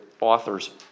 authors